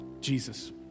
Jesus